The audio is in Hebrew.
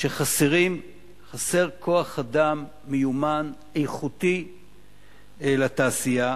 שחסר כוח-אדם מיומן, איכותי לתעשייה,